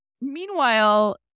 Meanwhile